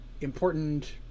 important